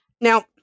Now